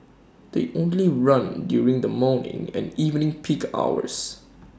they only run during the morning and evening peak hours